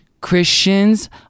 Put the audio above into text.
Christians